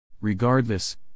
Regardless